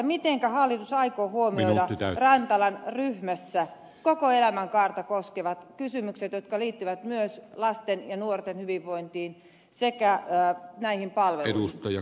mitenkä hallitus aikoo huomioida rantalan ryhmässä koko elämänkaarta koskevat kysymykset jotka liittyvät myös lasten ja nuorten hyvinvointiin sekä näihin palveluihin